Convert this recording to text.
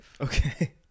okay